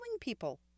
people